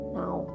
now